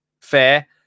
Fair